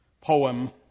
poem